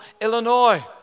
Illinois